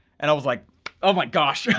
and i was like oh my gosh!